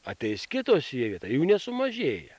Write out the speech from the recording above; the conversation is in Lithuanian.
ateis kitos į jų vietą jų nesumažėja